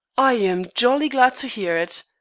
i am jolly glad to hear it.